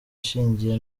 ishingiye